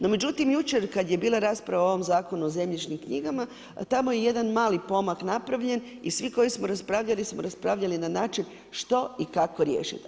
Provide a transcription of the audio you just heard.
No, međutim, jučer kada je bila rasprava o ovom zakonu o zemljišnim knjigama, tamo je jedan mali pomak napravljen i svi koji smo raspravljali smo raspravljali na način što i kako riješiti.